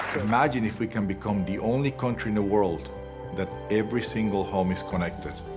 imagine if we can become the only country in the world that every single home is connected.